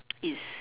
is